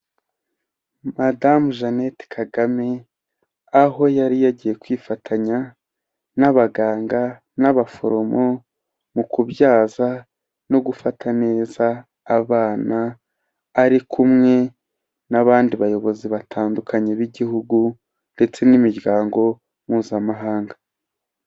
Madamu Jeannette Kagame aho yari yagiye kwifatanya n'abaganga n'abaforomo mu kubyaza no gufata neza abana, ari kumwe n'abandi bayobozi batandukanye b'Igihugu ndetse n'imiryango Mpuzamahanga.